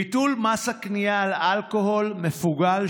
ביטול מס הקנייה על אלכוהול מפוגל,